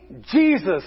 Jesus